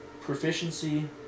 Proficiency